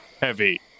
Heavy